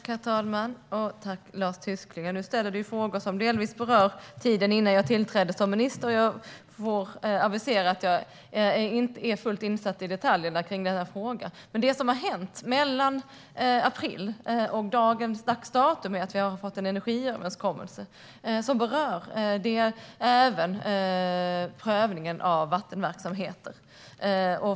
Herr talman! Tack, Lars Tysklind! Du ställer frågor som delvis berör tiden innan jag tillträdde som minister; jag är inte fullt insatt i detaljerna i denna fråga. Det som har hänt mellan april och dagens datum är att vi har fått en energiöverenskommelse, och den berör även prövningen av vattenverksamheter.